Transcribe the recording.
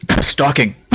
Stalking